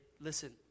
listen